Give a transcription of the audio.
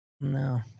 No